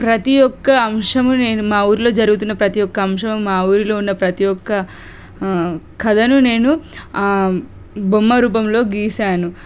ప్రతి ఒక్క అంశము నేను మా ఊర్లో జరుగుతున్న ప్రతి ఒక్క అంశము మా ఊరులో ఉన్న ప్రతి ఒక్క కథను నేను బొమ్మ రూపంలో గీశాను